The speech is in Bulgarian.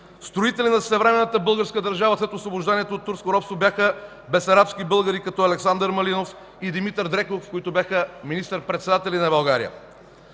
Строители на съвременната българска държава след освобождението от турско робство бяха бесарабски българи, като Александър Малинов и Димитър Греков, които бяха министър-председатели на България.